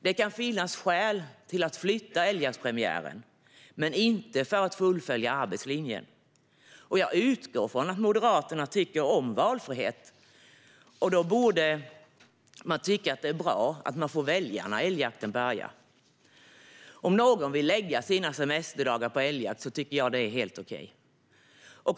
Det kan finnas skäl till att flytta älgjaktspremiären, men det ska inte göras för att fullfölja arbetslinjen. Jag utgår från att Moderaterna tycker om valfrihet, och då borde de tycka att det är bra att man får välja när älgjakten börjar. Om någon vill lägga sina semesterdagar på älgjakt tycker jag att det är helt okej.